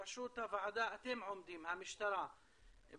בראשות הוועדה אתם עומדים, המשטרה.